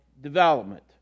development